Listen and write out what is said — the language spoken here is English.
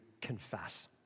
confess